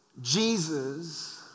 Jesus